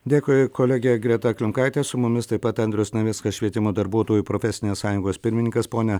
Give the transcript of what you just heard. dėkui kolegė greta klimkaitė su mumis taip pat andrius navickas švietimo darbuotojų profesinės sąjungos pirmininkas pone